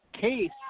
Case